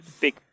big